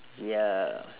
ya